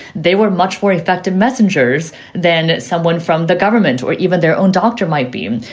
they were much more effective messengers than someone from the government or even their own doctor might be.